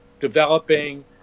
developing